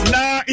Nah